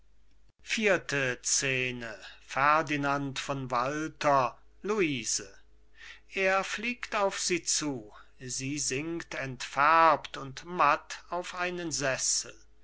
vierte scene ferdinand von walter luise er fliegt auf sie zu sie sinkt entfärbt und matt auf einen sessel er